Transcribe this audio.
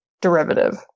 derivative